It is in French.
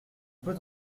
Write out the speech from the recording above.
peut